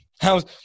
how's